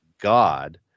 God